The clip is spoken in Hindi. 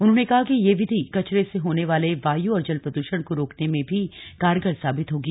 उन्होंने कहा कि यह विधि कचरे से होने वाले वायु और जल प्रदूषण को रोकने में भी कारगर साबित होगी